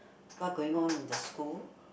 what going on in the school